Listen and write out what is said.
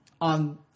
on